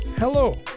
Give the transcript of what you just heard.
Hello